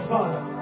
Father